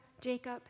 Jacob